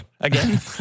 Again